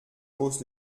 hausse